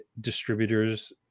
distributors